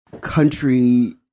country